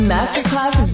Masterclass